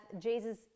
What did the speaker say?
Jesus